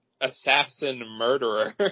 assassin-murderer